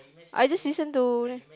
I just listen to